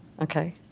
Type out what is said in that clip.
Okay